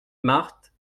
marthe